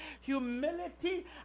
humility